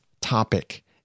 topic